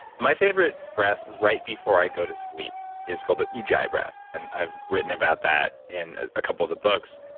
my favorite breath right before i go to sleep is called the ujjayi breath and i've written about that in a couple of the books.